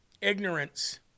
Ignorance